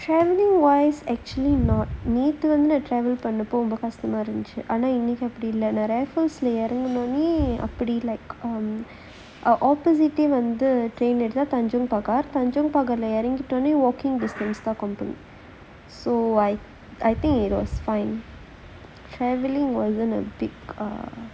travelling wise actually not நேத்து வந்து:nethu vanthu travel பண்ணுன அப்போ ரொம்ப கஷ்டமா இருந்துச்சு ஆனா இன்னைக்கு அப்படி இல்ல நான்:pannuna appo romba kashtamaa iruthuchu aanaa innaikku appadi illa naan raffles இறங்குன உடனேயே அப்டி:iranguna odanae apdi like opposite வந்து:vanthu train எடுத்தா:eduthaa tanjong pagar tanjong pagar இறங்கிட்ட உடனே:irangitta udanae walking distance தான்:thaan company so I think it was fine travelling wasn't a big deal